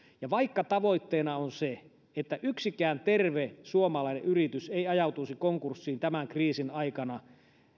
ja vaikka tavoitteena on se että yksikään terve suomalainen yritys ei ajautuisi konkurssiin tämän kriisin aikana